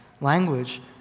language